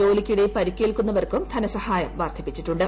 ജോലിക്കിടെ പരിക്കേൽക്കുന്നവർക്കും ധനസഹായം വർദ്ധിപ്പിച്ചിട്ടുണ്ട്